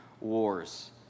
wars